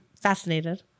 fascinated